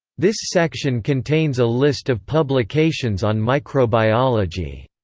this section contains a list of publications on microbiology.